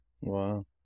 Wow